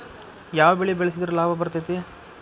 ಯಾವ ಬೆಳಿ ಬೆಳ್ಸಿದ್ರ ಲಾಭ ಬರತೇತಿ?